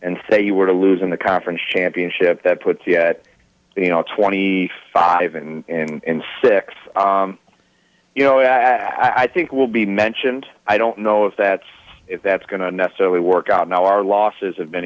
and say you were to lose in the conference championship that puts yet you know twenty five and six you know as i think will be mentioned i don't know if that's if that's going to necessarily work out now our losses have been